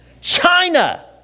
China